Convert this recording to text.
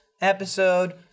episode